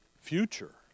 future